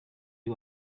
uyu